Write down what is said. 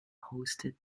hosted